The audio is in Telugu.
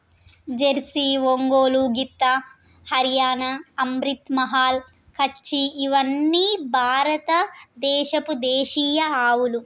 జెర్సీ, ఒంగోలు గిత్త, హరియాణా, అమ్రిత్ మహల్, కచ్చి ఇవ్వని భారత దేశపు దేశీయ ఆవులు